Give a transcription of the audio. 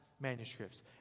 manuscripts